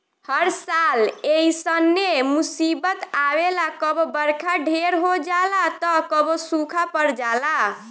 हर साल ऐइसने मुसीबत आवेला कबो बरखा ढेर हो जाला त कबो सूखा पड़ जाला